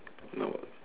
no